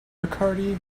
bacardi